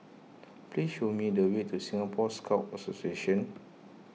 please show me the way to Singapore Scout Association